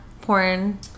porn